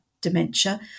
dementia